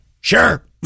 Sure